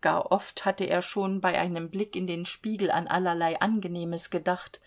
gar oft hatte er schon bei einem blick in den spiegel an allerlei angenehmes gedacht